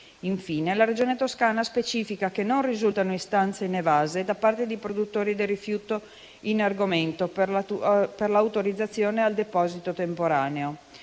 Infine, la Regione Toscana specifica che non risultano istanze inevase da parte dei produttori del rifiuto in argomento per l'autorizzazione al deposito temporaneo.